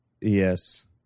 Yes